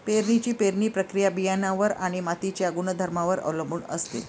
पेरणीची पेरणी प्रक्रिया बियाणांवर आणि मातीच्या गुणधर्मांवर अवलंबून असते